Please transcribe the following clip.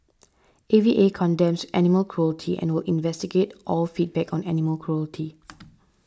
A V A condemns animal cruelty and will investigate all feedback on animal cruelty